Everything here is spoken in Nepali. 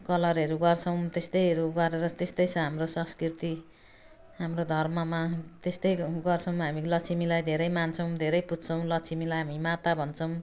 कलरहरू गर्छौँ त्यस्तोहरू गरेर त्यस्तै छ हाम्रो संस्कृति हाम्रो धर्ममा त्यस्तै गर्छौँ हामी लक्ष्मीलाई धेरै मान्छौँ धेरै पूज्छौँ लक्ष्मीलाई हामी माता भन्छौँ